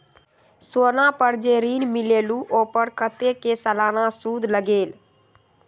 सोना पर जे ऋन मिलेलु ओपर कतेक के सालाना सुद लगेल?